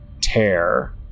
tear